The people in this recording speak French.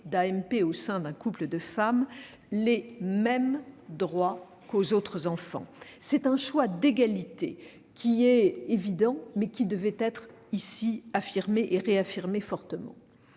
d'AMP au sein d'un couple de femmes les mêmes droits que ceux qui sont offerts aux autres enfants. C'est un choix d'égalité qui est évident, mais qui devait être ici affirmé et réaffirmé fortement.